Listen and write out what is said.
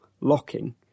locking